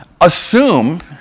assume